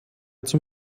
zum